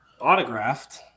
autographed